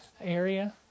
area